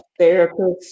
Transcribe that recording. therapists